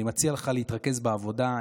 אני מציע לך להתרכז בעבודה.